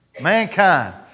mankind